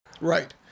Right